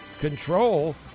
control